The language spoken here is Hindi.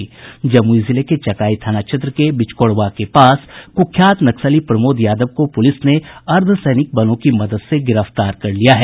जमुई जिले के चकाई थाना के बिच्कोड़वा गांव से कुख्यात नक्सली प्रमोद यादव को पुलिस ने अर्धसैनिक बलों की मदद से गिरफ्तार कर लिया है